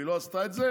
והיא לא עשתה את זה,